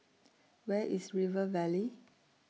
Where IS River Valley